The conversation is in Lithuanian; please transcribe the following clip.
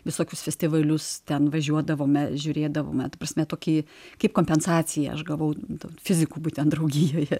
visokius festivalius ten važiuodavome žiūrėdavome ta prasme tokį kaip kompensaciją aš gavau daug fizikų būtent draugijoje